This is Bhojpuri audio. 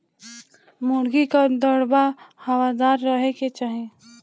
मुर्गी कअ दड़बा हवादार रहे के चाही